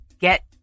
get